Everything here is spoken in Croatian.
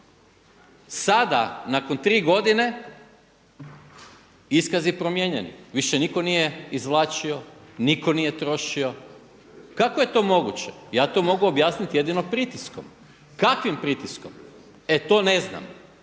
sada nakon 3 godine iskazi promijenjeni, više nitko nije izvlačio, nitko nije trošio. Kako je to moguće? Ja to mogu objasniti jedino pritiskom. Kakvim pritiskom? E to ne znam.